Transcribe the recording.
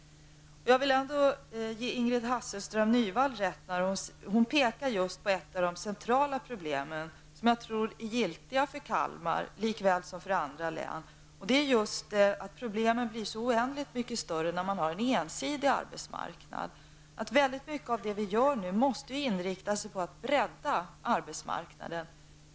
Ingrid Hasselström Nyvall pekade på ett av de centrala problemen, som jag tror är giltigt för Kalmar län lika väl som för andra län, nämligen att problemen blir så oändligt mycket större när man har en ensidig arbetsmarknad. Väldigt mycket av det vi nu gör måste inriktas på att bredda arbetsmarknaden.